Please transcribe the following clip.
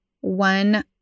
one